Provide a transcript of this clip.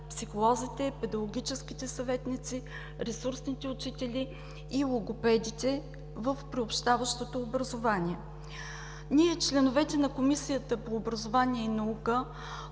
психолозите, педагогическите съветници, ресурсните учители и логопедите в приобщаващото образование. Ние, членовете на Комисията по образование и наука